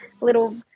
little